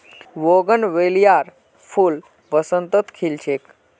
बोगनवेलियार फूल बसंतत खिल छेक